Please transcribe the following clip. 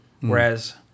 whereas